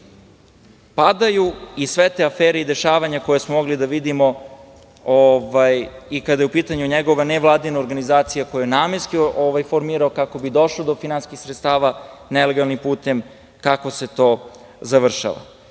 padaju. Sve te afere i dešavanja koje smo mogli da vidimo, kada je u pitanju njegova nevladina organizacija koju je namenski formirao kako bi došao do finansijskih sredstva nelegalnim putem, kako se to završava. On